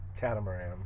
Catamaran